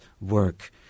work